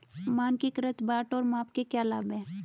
मानकीकृत बाट और माप के क्या लाभ हैं?